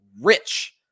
rich